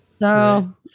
No